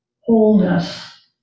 wholeness